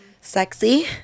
sexy